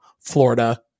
Florida